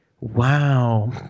wow